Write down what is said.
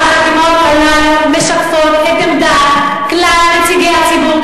אבל החתימות הללו משקפות את עמדת כלל נציגי הציבור,